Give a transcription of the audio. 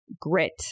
grit